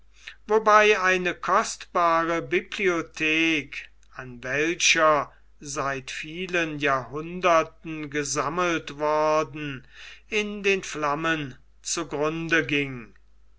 wobei eine kostbare bibliothek an welcher seit vielen jahrhunderten gesammelt worden in den flammen zu grunde ging